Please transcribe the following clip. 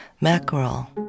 mackerel